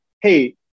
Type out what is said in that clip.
hey